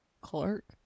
Clark